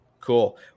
cool